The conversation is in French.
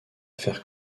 faire